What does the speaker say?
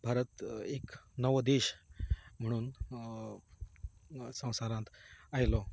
भारत एक नवो देश म्हणून संवसारांत आयलो